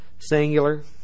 singular